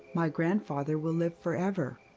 my grandfather will live forever,